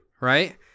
right